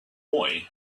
boy